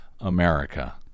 America